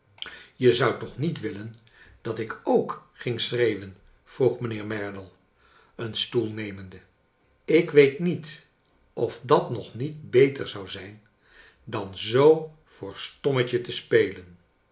je zoudt toch niet willen dat ik ook ging schreeuwen vroeg mijnheer merdle een stoel nemende ik weet niet of dat nog niet beter zou zijn dan zoo voor stommetje te spelen